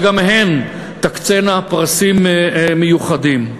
וגם הן תקצינה פרסים מיוחדים.